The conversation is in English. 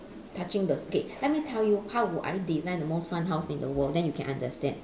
touching the skate let me tell you how would I design the most fun house in the world then you can understand